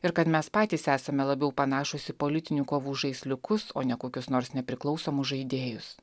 ir kad mes patys esame labiau panašūs į politinių kovų žaisliukus o ne kokius nors nepriklausomus žaidėjus